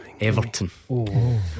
Everton